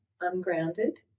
ungrounded